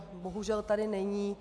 Bohužel tady není.